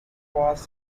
was